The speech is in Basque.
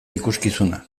ikuskizuna